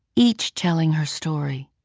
each telling her story,